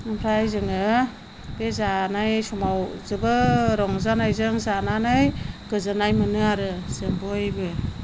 ओमफ्राय जोङो बे जानाय समाव जोबोद रंजानायजों जानानै गोजोननाय मोनो आरो जों बयबो